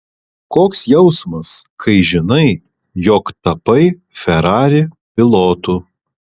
koks jausmas kai žinai jog tapai ferrari pilotu